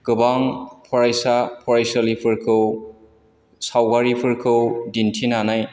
गोबां फरायसा फरायसुलिफोरखौ सावगारिफोरखौ दिन्थिनानै